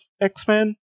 x-men